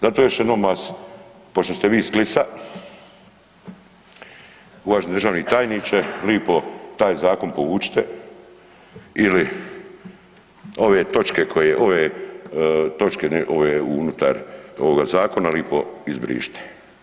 Zato još jednom …/nerazumljivo/… pošto ste vi iz Klisa, uvaženi državni tajniče lipo taj zakon povučite ili ove točke koje, ove točke ove unutar ovoga zakona lipo izbrišite.